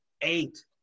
eight